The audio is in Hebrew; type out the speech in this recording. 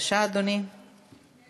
אנחנו